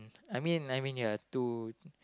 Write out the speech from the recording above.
I mean I mean you're a two